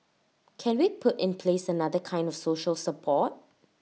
can we put in place another kind of social support